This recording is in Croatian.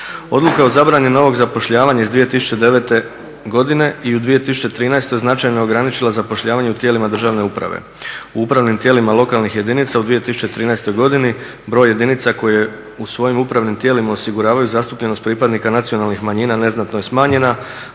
Odluka o zabrani novog zapošljavanja iz 2009. godine i u 2013. značajno je ograničila zapošljavanje u tijela državne uprave. U upravnim tijelima lokalnih jedinica u 2013. godini broj jedinica koje u svojim upravnim tijelima osiguravaju zastupljenost pripadnika nacionalnih manjina neznatno je smanjena